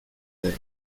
day